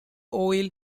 oil